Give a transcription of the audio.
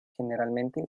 generalmente